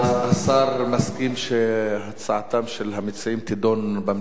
השר מסכים שהצעתם של המציעים תידון במליאה.